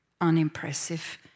unimpressive